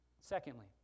Secondly